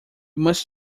must